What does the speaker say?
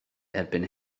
erbyn